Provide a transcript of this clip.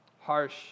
harsh